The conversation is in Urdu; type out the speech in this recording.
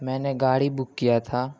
میں نے گاڑی بک کیا تھا